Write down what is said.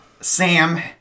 Sam